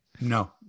No